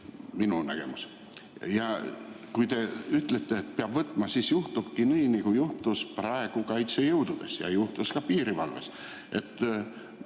minu nägemuses, ja kui te ütlete, et peab [vähemaks] võtma, siis juhtubki nii, nagu juhtus praegu kaitsejõududes ja juhtus ka piirivalves